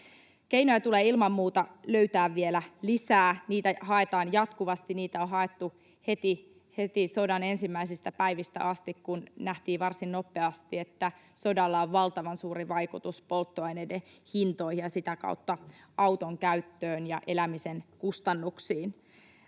Keinoja tulee ilman muuta löytää vielä lisää. Niitä haetaan jatkuvasti, niitä on haettu heti sodan ensimmäisistä päivistä asti, kun nähtiin varsin nopeasti, että sodalla on valtavan suuri vaikutus polttoaineiden hintoihin ja sitä kautta auton käyttöön ja elämisen kustannuksiin.